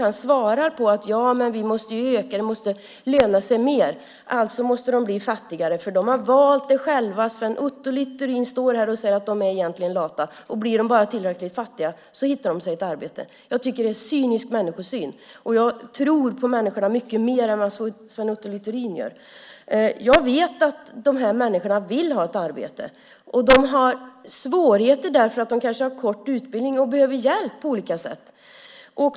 Han svarar att antalet människor i arbete måste öka och att det måste löna sig mer att arbeta. Alltså måste de bli fattigare, eftersom de har valt det själva. Sven Otto Littorin står här och säger att de egentligen är lata. Blir de bara tillräckligt fattiga hittar de ett arbete. Det är en cynisk människosyn. Jag tror mycket mer på människorna än vad Sven Otto Littorin gör. Jag vet att dessa människor vill ha ett arbete. De har svårigheter därför att de kanske har kort utbildning och behöver hjälp på olika sätt.